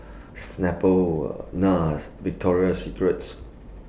Snapple Nars Victoria Secrets